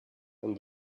and